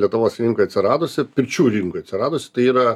lietuvos rinkoj atsiradusi pirčių rinkoj atsiradusi tai yra